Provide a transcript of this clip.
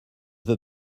veux